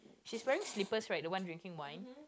she's wearing slippers right the one drinking wine